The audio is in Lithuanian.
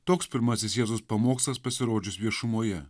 toks pirmasis jėzaus pamokslas pasirodžius viešumoje